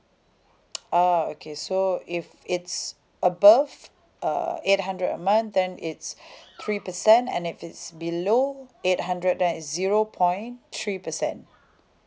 ah okay so if it's above uh eight hundred a month then it's three percent and if it's below eight hundred then it's zero point three percent